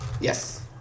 Yes